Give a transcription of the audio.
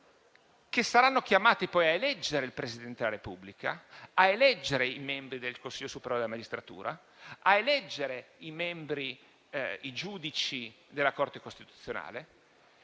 che saranno poi chiamati a eleggere il Presidente della Repubblica, i membri del Consiglio superiore della magistratura e i giudici della Corte costituzionale),